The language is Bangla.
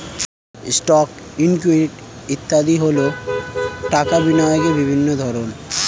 স্টকস, ইকুইটি ইত্যাদি হল টাকা বিনিয়োগের বিভিন্ন ধরন